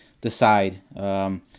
decide